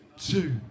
two